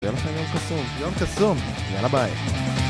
יום קסום, יום קסום. יאללה ביי.